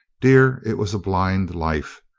dear, it was blind life,